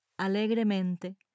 alegremente